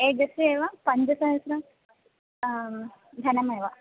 एकस्य एव पञ्चसहस्रं धनमेव